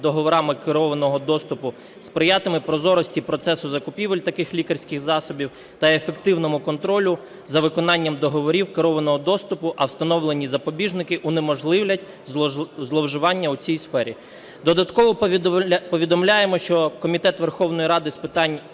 Додатково повідомляємо, що Комітет Верховної Ради з питань